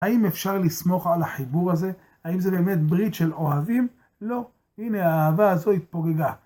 האם אפשר לסמוך על החיבור הזה? האם זה באמת ברית של אוהבים? לא. הנה, האהבה הזו התפוגגה.